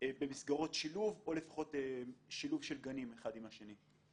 במסגרות שילוב או לפחות שילוב של גנים אחד עם השני.